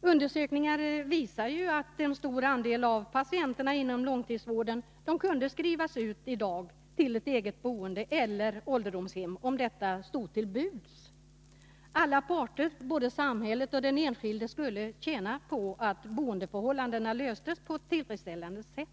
Undersökningar visar att en stor andel patienter inom långtidsvården skulle kunna skrivas ut i dag till eget boende eller ålderdomshem om detta stod till buds. Alla parter, både samhället och den enskilde, skulle tjäna på att boendeförhållandena löstes på ett tillfredsställande sätt.